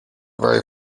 very